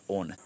on